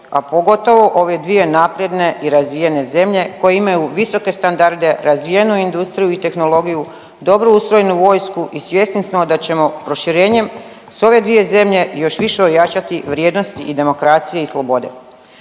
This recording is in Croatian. a pogotovo ove dvije napredne i razvijene zemlje koje imaju visoke standarde, razvijenu industriju i tehnologiju, dobro ustrojenu vojsku i svjesni smo da ćemo proširenjem s ove dvije zemlje još više ojačati vrijednosti i demokracije i slobode.